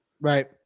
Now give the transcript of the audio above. right